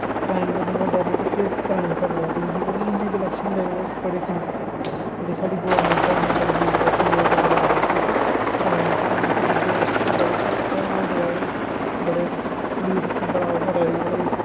crime करने कोला दा डरै ते फिर गै क्राईम घटदा ऐ लीगल ऐक्शन क्योंकि जेह्ड़ी साढ़ी गौरमैंट ऐ इ'नें बड़े लीगल ऐक्शन ले एह्दे खलाफ कि क्राईम गी घटाने आस्तै फिर देश गी इक ओह् पुलस बड़े ओह् करा दी